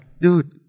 dude